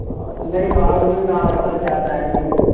हां उनजे बावजूद तव्हां वठिणु चाहियो था एडमिशन